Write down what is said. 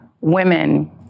women